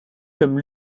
comme